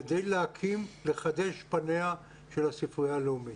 כדי להקים ולחדש את פניה של הספרייה הלאומית.